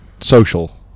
Social